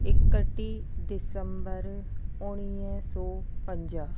एकटी्ह दिसम्बर उणिवीह सौ पंजाह